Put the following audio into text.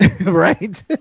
Right